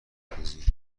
اندازی